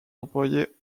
employé